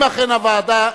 אם אכן הוועדה,